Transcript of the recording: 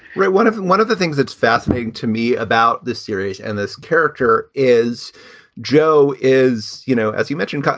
one of one of the things that's fascinating to me about this series and this character is joe is, you know, as you mentioned, kind of